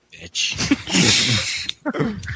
bitch